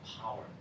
power